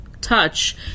touch